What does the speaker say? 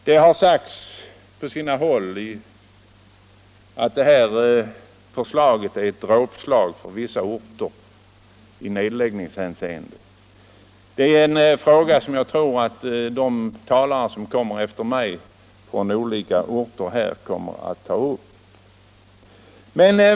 Det har på sina håll sagts att förslaget om nedläggning av utbildningen är ett dråpslag för vissa orter. Det är en fråga som jag tror att talare från olika håll efter mig kommer att ta upp.